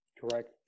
Correct